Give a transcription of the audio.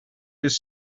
his